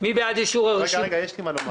יש לי מה לומר.